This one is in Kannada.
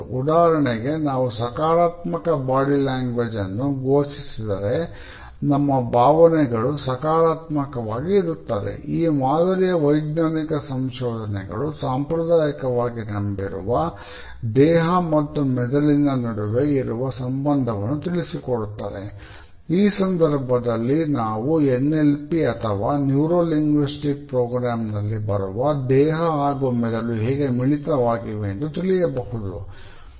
ಉದಾಹರಣೆಗೆ ನಾವು ಸಕಾರಾತ್ಮಕ ಬಾಡಿ ಲ್ಯಾಂಗ್ವೇಜ್ ನಲ್ಲಿ ಬರುವ ದೇಹ ಹಾಗು ಮೆದುಳು ಹೇಗೆ ಮಿಳಿತವಾಗಿವೆ ಎಂದು ತಿಳಿಯಬಹುದು